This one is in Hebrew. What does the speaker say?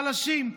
חלשים,